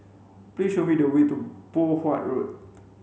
please show me the way to Poh Huat Road